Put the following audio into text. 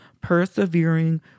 persevering